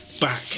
back